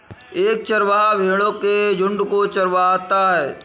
एक चरवाहा भेड़ो के झुंड को चरवाता है